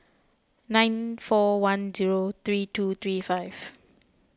nine four one zero three two three five